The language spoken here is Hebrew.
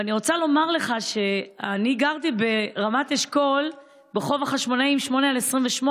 ואני רוצה לומר לך שאני גרתי ברמת אשכול ברחוב החשמונאים 8/28,